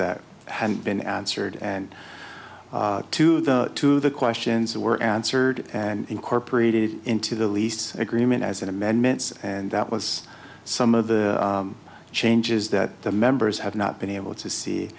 that had been answered and to the questions were answered and incorporated into the lease agreement as an amendment and that was some of the changes that the members had not been able to see